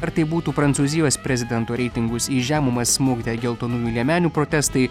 ar tai būtų prancūzijos prezidento reitingus į žemumas smukdę geltonųjų liemenių protestai